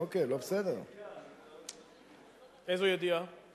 איזו ידיעה?